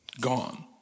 gone